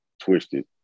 twisted